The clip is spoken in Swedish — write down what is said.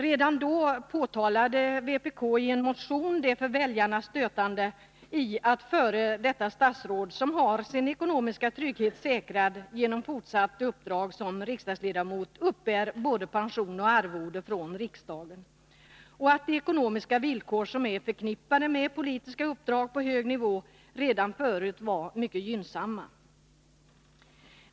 Redan då påtalade vpk i en motion det för väljarna stötande i att f. d. statsråd, som har sin ekonomiska trygghet säkrad genom fortsatt uppdrag som riksdagsledamot, uppbär både pension och arvode från riksdagen. Vi framhöll att de ekonomiska villkor som är förknippade med politiska uppdrag på hög nivå redan förut var mycket gynnsamma.